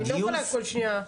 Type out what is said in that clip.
אני לא יכולה כל שנייה הפרעות.